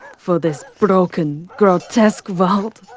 for this broken, grotesque world!